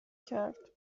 کرد